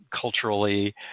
culturally